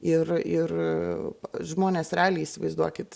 ir ir žmonės realiai įsivaizduokit